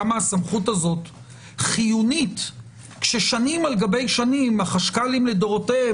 כמה הסמכות הזו חיונית כששנים על גבי שנים החשכ"לים לדורותיהם